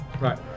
Right